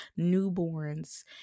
newborns